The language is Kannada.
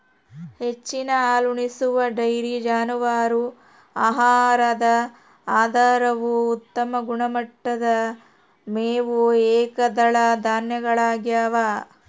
ಹೆಚ್ಚಿನ ಹಾಲುಣಿಸುವ ಡೈರಿ ಜಾನುವಾರು ಆಹಾರದ ಆಧಾರವು ಉತ್ತಮ ಗುಣಮಟ್ಟದ ಮೇವು ಏಕದಳ ಧಾನ್ಯಗಳಗ್ಯವ